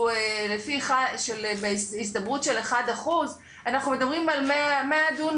שהוא בהסתברות של 1%. אנחנו מדברים על 100 דונם,